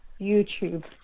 YouTube